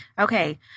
Okay